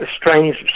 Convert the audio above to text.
strange